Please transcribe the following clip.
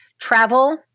Travel